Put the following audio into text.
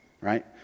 right